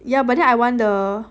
ya but then I want the